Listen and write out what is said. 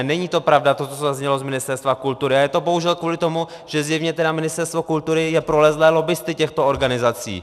Není pravda to, co zaznělo z Ministerstva kultury, a je to bohužel kvůli tomu, že zjevně Ministerstvo kultury je prolezlé lobbisty těchto organizací.